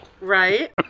Right